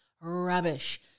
Rubbish